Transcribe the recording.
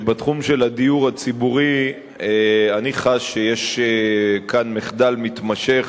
שבתחום של הדיור הציבורי אני חש שיש כאן מחדל מתמשך,